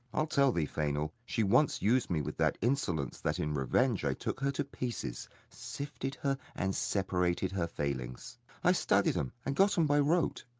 i'll tell thee, fainall, she once used me with that insolence that in revenge i took her to pieces, sifted her, and separated her failings i studied em and got em by rote.